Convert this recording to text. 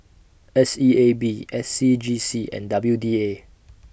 S E A B S C G C and W D A